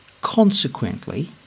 Consequently